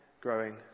growing